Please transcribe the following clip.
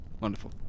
Wonderful